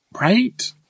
Right